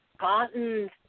gotten